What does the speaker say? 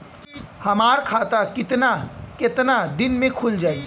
हमर खाता कितना केतना दिन में खुल जाई?